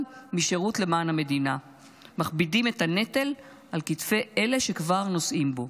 משירות למען המדינה מכבידים את הנטל על כתפי אלה שכבר נושאים בו.